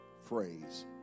phrase